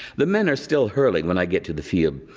the men are still hurling when i get to the field.